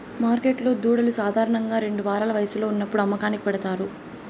మార్కెట్లో దూడలు సాధారణంగా రెండు వారాల వయస్సులో ఉన్నప్పుడు అమ్మకానికి పెడతారు